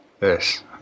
Yes